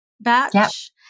batch